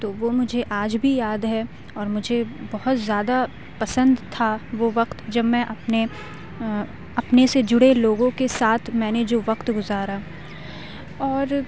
تو وہ مجھے آج بھی یاد ہے اور مجھے بہت زیادہ پسند تھا وہ وقت جب میں اپنے اپنے سے جڑے لوگوں کے ساتھ میں نے جو وقت گزارا اور